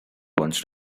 wants